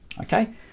Okay